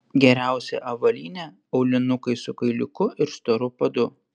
geriausia avalynė aulinukai su kailiuku ir storu padu